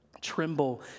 Tremble